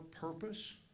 purpose